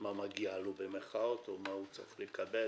מה "מגיע לו" או מה הוא צריך לקבל